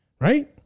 Right